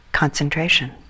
concentration